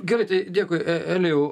gerai tai dėkui e elijau